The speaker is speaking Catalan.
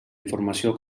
informació